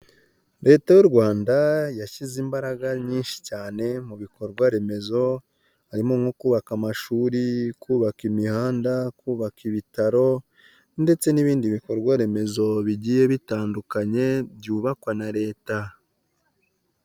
Leta y'u Rwanda yashyize imbaraga nyinshi cyane mu bikorwa remezo, harimo nko kubaka amashuri, kubaka imihanda, kubaka ibitaro, ndetse n'ibindi bikorwa remezo bigiye bitandukanye byubakwa na leta.